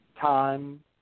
time